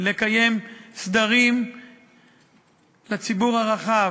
לקיים סדרים לציבור הרחב,